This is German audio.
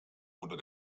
unter